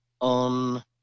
on